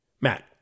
Matt